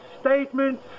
statement